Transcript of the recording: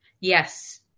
Yes